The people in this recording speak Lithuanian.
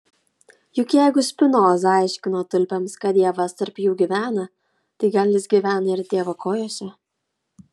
juk jeigu spinoza aiškino tulpėms kad dievas tarp jų gyvena tai gal jis gyvena ir tėvo kojose